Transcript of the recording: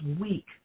weak